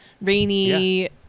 rainy